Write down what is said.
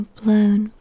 blown